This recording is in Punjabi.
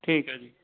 ਠੀਕ ਹੈ ਜੀ